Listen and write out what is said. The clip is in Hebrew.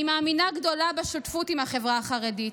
אני מאמינה גדולה בשותפות עם החברה החרדית,